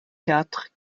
quatre